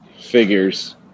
Figures